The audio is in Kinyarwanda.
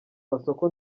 masoko